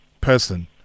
person